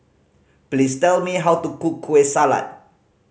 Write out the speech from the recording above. please tell me how to cook Kueh Salat